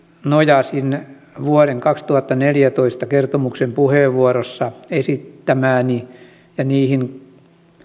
nojasin vuoden kaksituhattaneljätoista kertomuksen puheenvuorossa esittämääni ja niihin